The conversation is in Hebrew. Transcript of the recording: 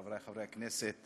חברי חברי הכנסת,